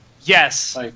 Yes